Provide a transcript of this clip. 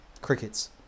crickets